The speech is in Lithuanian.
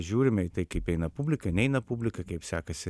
žiūrime į tai kaip eina publika neina publika kaip sekasi